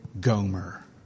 Gomer